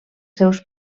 seus